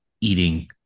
eating